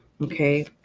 okay